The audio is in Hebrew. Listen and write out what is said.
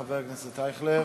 בבקשה, חבר הכנסת אייכלר.